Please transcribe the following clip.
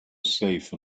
safe